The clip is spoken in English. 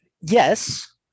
Yes